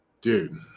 Dude